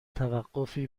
توقفی